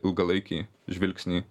ilgalaikį žvilgsnį